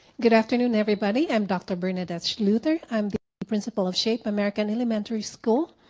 good afternoon everybody, i'm dr. bernadette schlueter i'm the principal of shape american elementary school.